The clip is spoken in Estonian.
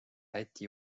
läti